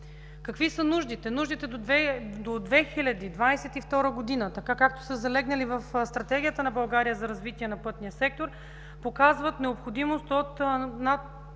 Какви са нуждите? Нуждите до 2022 г., така както са залегнали в Стратегията на България за развитие на пътния сектор, показват необходимост от над